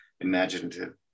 imaginative